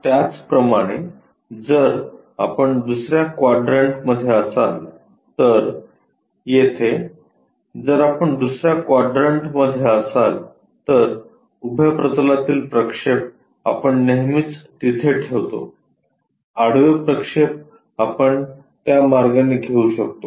त्याचप्रमाणे जर आपण दुसर्या क्वाड्रंटमध्ये असाल तर येथे जर आपण दुसर्या क्वाड्रंटमध्ये असाल तर उभ्या प्रतलातील प्रक्षेप आपण नेहमीच तिथे ठेवतो आडवे प्रक्षेप आपण त्या मार्गाने घेऊ शकतो